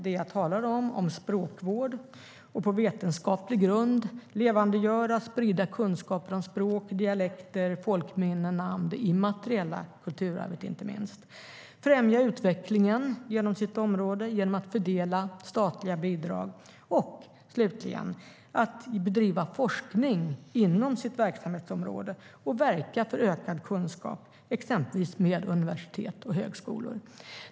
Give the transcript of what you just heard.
Det jag talar om är språkvård och att institutet på vetenskaplig grund ska levandegöra och sprida kunskaper om språk, dialekter, folkminnen, namn, det immateriella kulturarvet inte minst, främja utvecklingen inom sitt område genom att fördela statliga bidrag och slutligen att bedriva forskning inom sitt verksamhetsområde och verka för ökad kunskap, exempelvis med universitet och högskolor.